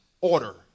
order